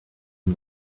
and